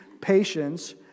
patience